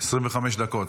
25 דקות.